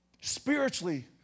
Spiritually